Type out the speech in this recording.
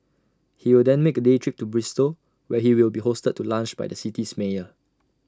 he will then make A day trip to Bristol where he will be hosted to lunch by the city's mayor